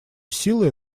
силы